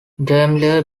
daimler